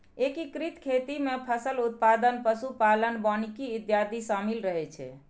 एकीकृत खेती मे फसल उत्पादन, पशु पालन, वानिकी इत्यादि शामिल रहै छै